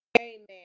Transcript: Amen